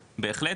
בהחלט,